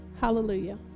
Hallelujah